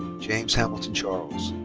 james hamilton charles.